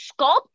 sculpt